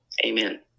Amen